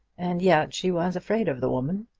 and yet she was afraid of the woman.